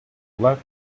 let